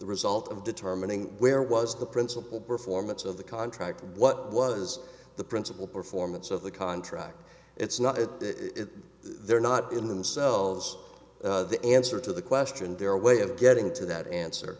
result of determining where was the principal performance of the contract what was the principle performance of the contract it's not that they're not in themselves the answer to the question their way of getting to that answer